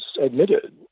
admitted